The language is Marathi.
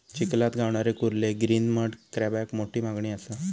चिखलात गावणारे कुर्ले ग्रीन मड क्रॅबाक मोठी मागणी असा